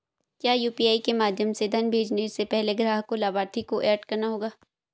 क्या यू.पी.आई के माध्यम से धन भेजने से पहले ग्राहक को लाभार्थी को एड करना होगा?